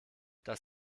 das